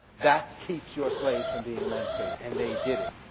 that keeps your slaves from being emancipated, and they did it,